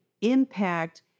impact